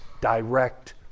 direct